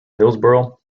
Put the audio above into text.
hillsboro